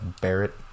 Barrett